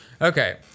Okay